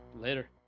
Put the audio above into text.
later